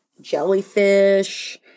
jellyfish